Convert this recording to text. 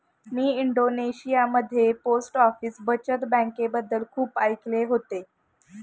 मी इंडोनेशियामध्ये post office बचत बँकेबद्दल खूप ऐकले होते